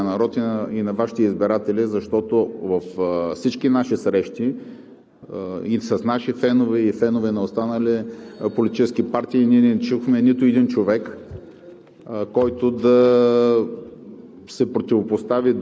за първи път да застанете така категорично на страната на българския народ и на Вашите избиратели, защото във всички наши срещи – и с наши фенове, и фенове на останалите политически партии, ние не чухме нито един човек,